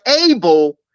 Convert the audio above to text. able